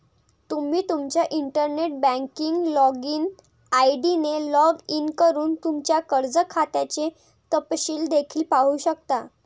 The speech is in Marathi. तुम्ही तुमच्या इंटरनेट बँकिंग लॉगिन आय.डी ने लॉग इन करून तुमच्या कर्ज खात्याचे तपशील देखील पाहू शकता